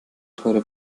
teure